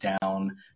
down